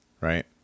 right